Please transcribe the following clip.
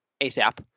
ASAP